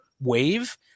wave